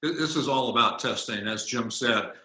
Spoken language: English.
this is all about testing. as jim said,